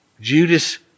Judas